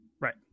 Right